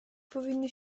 powinny